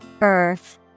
Earth